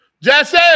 Jesse